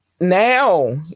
now